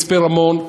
מצפה-רמון,